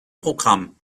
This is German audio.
programm